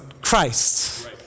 Christ